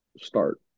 start